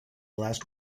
last